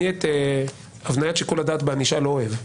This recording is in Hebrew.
את הבניית שיקול הדעת בענישה לא אוהב.